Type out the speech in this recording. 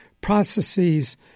processes